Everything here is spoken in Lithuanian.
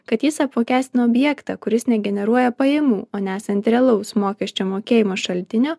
kad jis apmokestina objektą kuris negeneruoja pajamų o nesant realaus mokesčio mokėjimo šaltinio